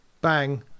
Bang